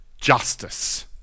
justice